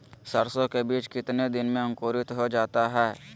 सरसो के बीज कितने दिन में अंकुरीत हो जा हाय?